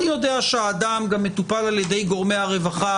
אני יודע שהאדם גם מטופל על ידי גורמי הרווחה,